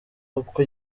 uko